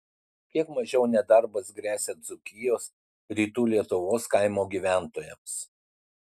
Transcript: kiek mažiau nedarbas gresia dzūkijos rytų lietuvos kaimo gyventojams